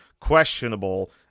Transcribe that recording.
questionable